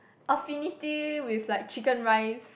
affinity with like chicken rice